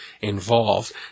involved